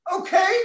Okay